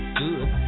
good